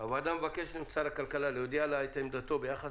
הוועדה מבקשת משר הכלכלה להודיע לה את עמדתו ביחס